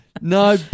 No